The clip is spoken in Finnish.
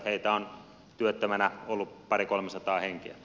heitä on työttömänä ollut parikolmesataa henkeä